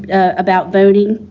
about voting.